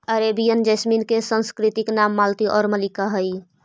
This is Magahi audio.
अरेबियन जैसमिन के संस्कृत नाम मालती आउ मल्लिका हइ